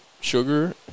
sugar